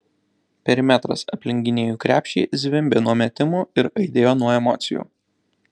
perimetras aplink gynėjų krepšį zvimbė nuo metimų ir aidėjo nuo emocijų